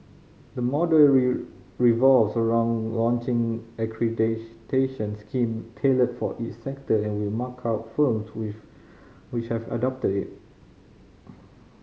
the model revolves around launching scheme tailored for each sector and will mark out firms with which have adopted it